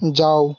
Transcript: যাও